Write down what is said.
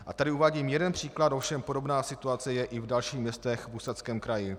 A tady uvádím jeden příklad, ovšem podobná situace je i v dalších městech v Ústeckém kraji.